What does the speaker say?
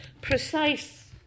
precise